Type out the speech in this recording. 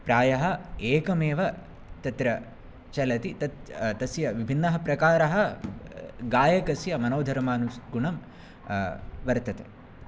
प्रायः एकमेव तत्र चलति तत् तस्य विभिन्नाः प्रकाराः गायकस्य मनोधर्मानुगुणं वर्तते